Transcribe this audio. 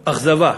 אכזבה.